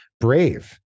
Brave